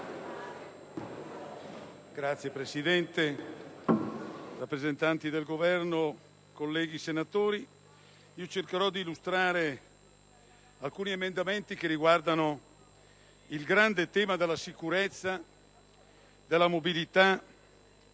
Signora Presidente, rappresentanti del Governo, colleghi senatori, illustrerò alcuni emendamenti che riguardano il tema della sicurezza e della mobilità